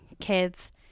kids